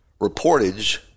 reportage